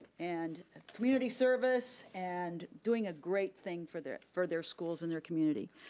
and community service, and doing a great thing for their for their schools and their community.